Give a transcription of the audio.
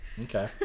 Okay